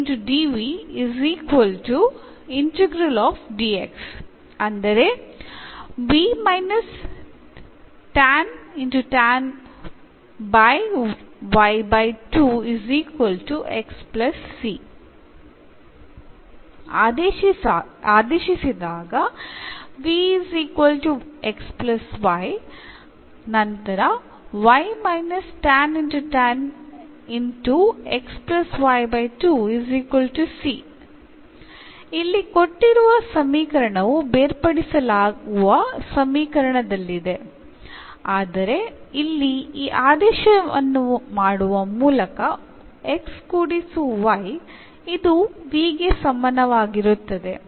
ಆದ್ದರಿಂದ 1 ಏಕೆಂದರೆ ಅಂದರೆ ಆದೇಶಿಸಿದಾಗ ಇಲ್ಲಿ ಕೊಟ್ಟಿರುವ ಸಮೀಕರಣವು ಬೇರ್ಪಡಿಸಲಾಗುವ ರೂಪದಲ್ಲಿರಲಿಲ್ಲ ಆದರೆ ಇಲ್ಲಿ ಈ ಆದೇಶವನ್ನು ಮಾಡುವ ಮೂಲಕ x ಕೊಡಿಸು y ಇದು v ಗೆ ಸಮಾನವಾಗಿರುತ್ತದೆ